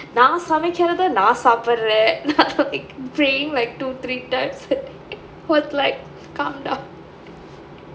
நான் சமைக்கிறத நான் சாப்பிடுறேன்:naan samaikkiratha naan saappiduraen praying like two three times I was like calm down